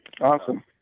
Awesome